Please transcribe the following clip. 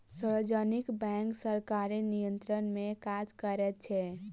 सार्वजनिक बैंक सरकारी नियंत्रण मे काज करैत छै